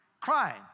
Crying